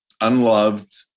unloved